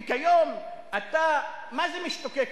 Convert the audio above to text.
וכיום אתה מה-זה משתוקק,